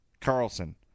Carlson